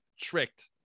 tricked